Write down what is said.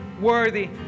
worthy